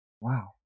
Wow